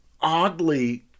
oddly